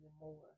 more